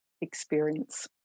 experience